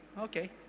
Okay